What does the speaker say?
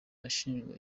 ashinjwa